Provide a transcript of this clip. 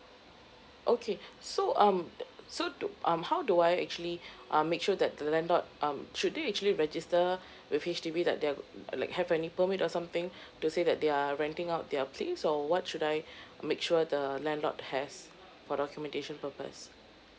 okay so um do so do um how do I actually um make sure that the landlord um should they actually register with H_D_B that their mm like have any permit or something to say that they are renting out their place or what should I make sure the landlord has for documentation purpose